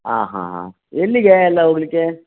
ಹಾಂ ಹಾಂ ಎಲ್ಲಿಗೆ ಎಲ್ಲ ಹೋಗ್ಲಿಕ್ಕೆ